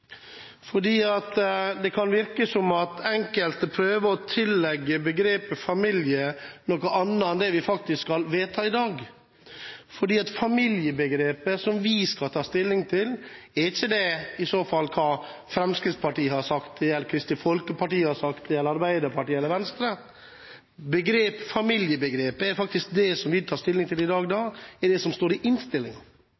det kan virke som om enkelte prøver å tillegge begrepet «familie» noe annet enn det vi faktisk skal vedta i dag. For familiebegrepet som vi skal ta stilling til, er ikke det som Fremskrittspartiet har sagt, Kristelig Folkeparti har sagt, Arbeiderpartiet har sagt eller Venstre har sagt. Det familiebegrepet som vi tar stilling til i dag,